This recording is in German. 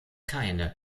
keine